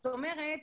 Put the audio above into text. זאת אומרת,